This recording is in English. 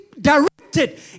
directed